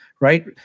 right